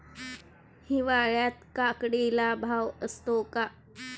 हिवाळ्यात काकडीला भाव असतो का?